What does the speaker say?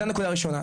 זאת נקודה ראשונה,